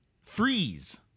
Freeze